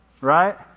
Right